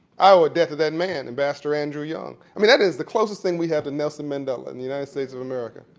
i owe a debt to that man, ambassador andrew young. i mean that is the closest thing we have to nelson mandela in the united states of america.